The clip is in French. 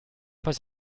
pas